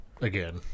again